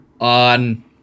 on